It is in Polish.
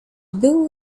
był